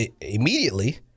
immediately